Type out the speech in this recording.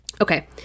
Okay